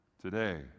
today